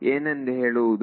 ಏನೆಂದು ಹೇಳುವುದು